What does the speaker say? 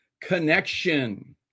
connection